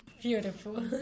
beautiful